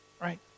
Right